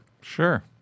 Sure